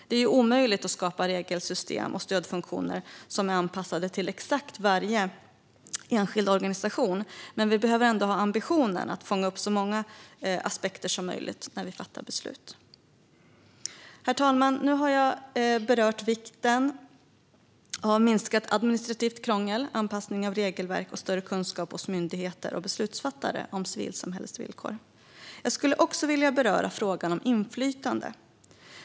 Det är omöjligt att skapa regelsystem och stödfunktioner som är anpassade till exakt varje enskild organisation, men vi behöver ändå ha ambitionen att fånga upp så många aspekter som möjligt när vi fattar beslut. Herr talman! Nu har jag berört vikten av minskat administrativt krångel, anpassning av regelverk och större kunskap hos myndigheter och beslutsfattare om civilsamhällets villkor. Jag skulle också vilja beröra frågan om inflytande.